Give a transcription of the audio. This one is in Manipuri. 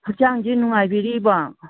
ꯍꯛꯆꯥꯡꯗꯤ ꯅꯨꯡꯉꯥꯏꯕꯤꯔꯤꯕ